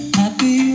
happy